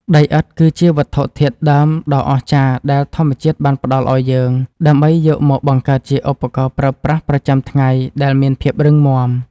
ដីឥដ្ឋគឺជាវត្ថុធាតុដើមដ៏អស្ចារ្យដែលធម្មជាតិបានផ្ដល់ឱ្យយើង ដើម្បីយកមកបង្កើតជាឧបករណ៍ប្រើប្រាស់ប្រចាំថ្ងៃដែលមានភាពរឹងមាំ។